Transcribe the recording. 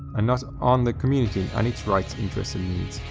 and not on the community and its rights, interests, and needs.